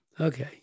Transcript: Okay